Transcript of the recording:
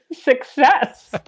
success,